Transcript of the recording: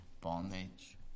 bondage